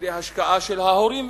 על-ידי השקעה של ההורים,